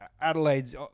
Adelaide's